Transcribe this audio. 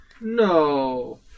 No